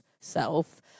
self